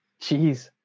Jeez